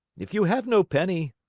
if you have no penny,